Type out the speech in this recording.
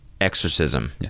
exorcism